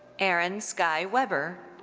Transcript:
aaron skye weber.